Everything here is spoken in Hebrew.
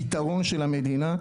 הפתרון של המדינה,